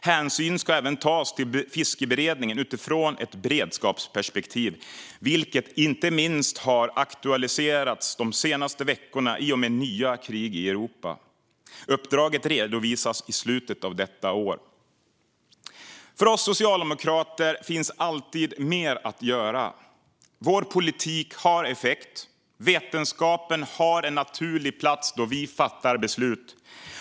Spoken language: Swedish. Hänsyn ska även tas till fiskberedningen utifrån ett beredskapsperspektiv, vilket inte minst har aktualiserats de senaste veckorna i och med nya krig i Europa. Uppdraget ska redovisas i slutet av detta år. För oss socialdemokrater finns alltid mer att göra. Vår politik har effekt. Vetenskapen har en naturlig plats då vi fattar beslut.